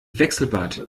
wechselbad